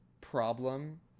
problem